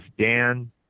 Dan